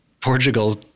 Portugal